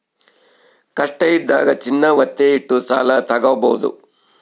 ಕಷ್ಟ ಇದ್ದಾಗ ಚಿನ್ನ ವತ್ತೆ ಇಟ್ಟು ಸಾಲ ತಾಗೊಬೋದು